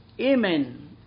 amen